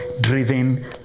driven